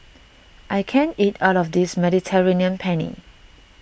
I can't eat all of this Mediterranean Penne